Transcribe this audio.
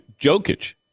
Jokic